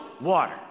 water